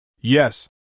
Yes